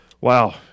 Wow